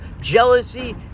jealousy